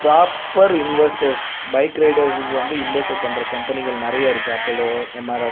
proper investors bike ரைடர்ஸ்களுக்கு வந்து invest பண்ணுற கம்பெனிகள் நிறைய இருக்குது அப்போலோ எம்ஆர்எப்